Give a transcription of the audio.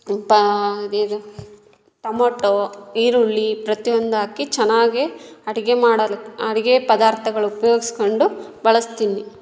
ಪಾ ಇದು ಟಮೊಟೊ ಈರುಳ್ಳಿ ಪ್ರತಿಯೊಂದೂ ಹಾಕಿ ಚೆನ್ನಾಗೇ ಅಡಿಗೆ ಮಾಡಲು ಅಡಿಗೆ ಪದಾರ್ಥಗಳು ಉಪ್ಯೋಗ್ಸ್ಕೊಂಡು ಬಳಸ್ತೀನಿ